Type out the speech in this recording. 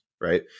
right